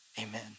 Amen